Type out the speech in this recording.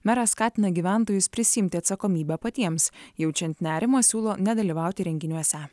meras skatina gyventojus prisiimti atsakomybę patiems jaučiant nerimą siūlo nedalyvauti renginiuose